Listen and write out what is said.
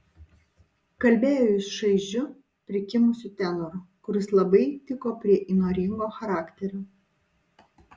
kalbėjo jis šaižiu prikimusiu tenoru kuris labai tiko prie įnoringo charakterio